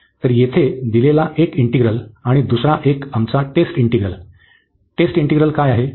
तर येथे दिलेला एक इंटिग्रल आणि दुसरा एक आमचा टेस्ट इंटिग्रल टेस्ट इंटिग्रल काय आहे